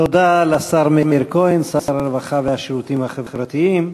תודה לשר מאיר כהן, שר הרווחה והשירותים החברתיים.